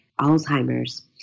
Alzheimer's